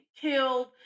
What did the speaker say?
killed